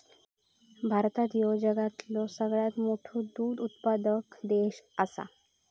भारत ह्यो जगातलो सगळ्यात मोठो दूध उत्पादक देश आसा